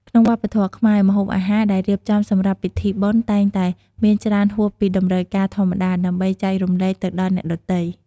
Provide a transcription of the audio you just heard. ក្នុងវប្បធម៌ខ្មែរ ម្ហូបអាហារដែលរៀបចំសម្រាប់ពិធីបុណ្យ តែងតែមានច្រើនហួសពីតម្រូវការធម្មតា ដើម្បីចែករំលែកទៅដល់អ្នកដទៃ។